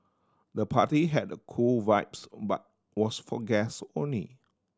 the party had a cool vibes but was for guest only